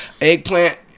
eggplant